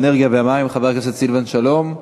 האנרגיה והמים חבר הכנסת סילבן שלום.